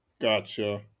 gotcha